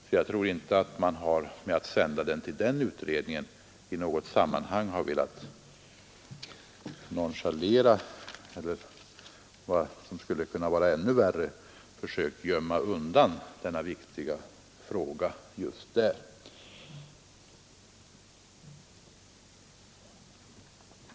Jag tror därför inte att man genom att sända frågan till denna utredning i något sammanhang har velat nonchalera eller — vad som skulle vara ännu värre — försöka gömma undan denna viktiga fråga.